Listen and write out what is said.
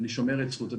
אני שומר את זכות הדיבור.